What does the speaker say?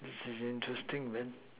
this is interesting man